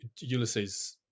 Ulysses